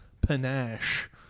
panache